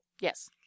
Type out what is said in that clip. Yes